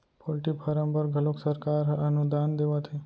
poultry farm बर घलोक सरकार ह अनुदान देवत हे